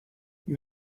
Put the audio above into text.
you